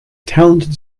talented